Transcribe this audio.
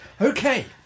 Okay